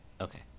Okay